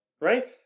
right